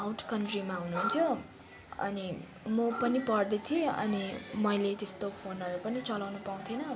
out कन्ट्रीमा हुनुहुन्थ्यो अनि म पनि पढ्दै थिएँ अनि मैले त्यस्तो फोनहरू पनि चलाउनु पाउँथेन